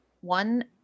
one